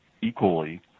equally